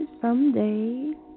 someday